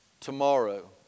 tomorrow